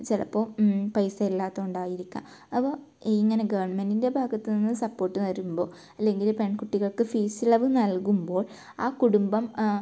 ചിലപ്പോൾ പൈസ ഇല്ലാത്ത കൊണ്ടായിരിക്കാം അപ്പോൾ ഇങ്ങനെ ഗവൺമെൻറിൻ്റെ ഭാഗത്തൂന്ന് സപ്പോട്ട് തരുമ്പോൾ അല്ലെങ്കിൽ പെൺകുട്ടികൾക്ക് ഫീസ് ഇളവ് നൽകുമ്പോൾ ആ കുടുംബം